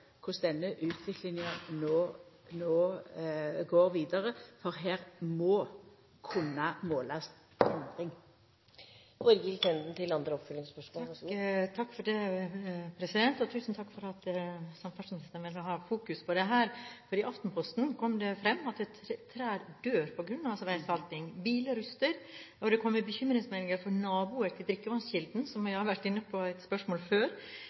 denne utviklinga no går vidare, for her må ein kunna måla ei endring. Tusen takk for at samferdselsministeren vil ha dette i fokus. I Aftenposten kom det fram at trær dør på grunn av veisalting, biler ruster, og det kommer bekymringsmeldinger fra naboer til drikkevannskilder, som jeg har vært inne på i et tidligere spørsmål.